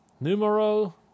numero